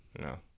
No